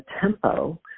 tempo